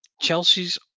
Chelsea's